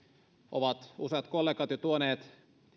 ovat useat kollegat jo tuoneet